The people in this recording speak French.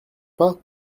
pas